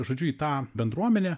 žodžiu į tą bendruomenę